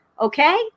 Okay